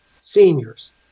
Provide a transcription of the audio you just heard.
seniors